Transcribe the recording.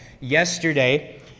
yesterday